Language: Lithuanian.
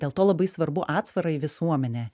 dėl to labai svarbu atsvarai į visuomenę